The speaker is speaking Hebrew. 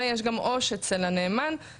ויש גם עו"ש אצל הנאמן,